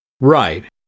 Right